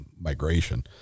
migration